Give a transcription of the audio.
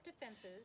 defenses